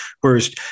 whereas